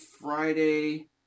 Friday